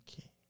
Okay